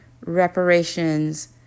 reparations